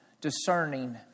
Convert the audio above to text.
Discerning